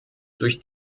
durch